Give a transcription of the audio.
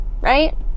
right